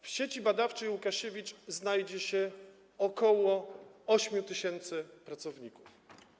W Sieci Badawczej: Łukasiewicz znajdzie się ok. 8 tys. pracowników.